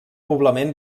poblament